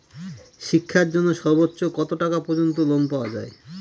শিক্ষার জন্য সর্বোচ্চ কত টাকা পর্যন্ত লোন পাওয়া য়ায়?